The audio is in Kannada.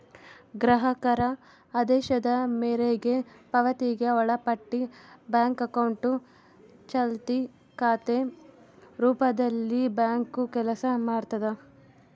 ಗ್ರಾಹಕರ ಆದೇಶದ ಮೇರೆಗೆ ಪಾವತಿಗೆ ಒಳಪಟ್ಟಿ ಬ್ಯಾಂಕ್ನೋಟು ಚಾಲ್ತಿ ಖಾತೆ ರೂಪದಲ್ಲಿಬ್ಯಾಂಕು ಕೆಲಸ ಮಾಡ್ತದ